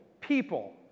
people